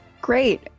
Great